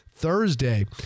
Thursday